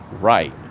right